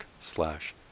slash